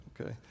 Okay